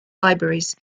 libraries